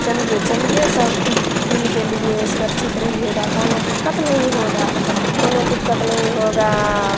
चलिए चलिए सब दिन के लिए सुरक्षित रहिएगा कौनो दिक्कत नहीं होगा कौनो दिक्कत नहीं होगा